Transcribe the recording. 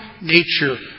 nature